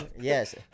Yes